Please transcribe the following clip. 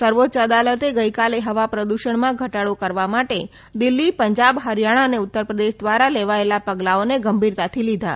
સર્વોચ્ય અદાલતે ગઇકાલે હવા પ્રદૃષણમાં ઘટાડો કરવા માટે દિલ્હી પંજાબ હરીયાણા અને ઉત્તર પ્રદેશ ધ્વારા લેવાયેલા પગલાઓને ગંભીરતાથી લીધા